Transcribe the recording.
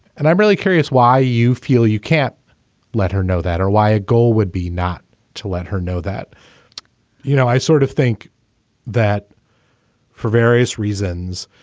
and i'm really curious why you feel you can't let her know that or why a goal would be not to let her know that you know, i sort of think that for various reasons,